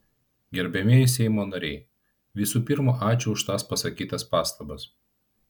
gerbiamieji seimo nariai visų pirma ačiū už tas pasakytas pastabas